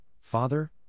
father